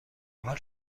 حال